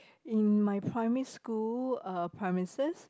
in my primary school uh premises